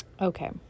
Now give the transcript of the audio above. Okay